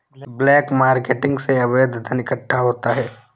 black marketing से अवैध धन इकट्ठा होता है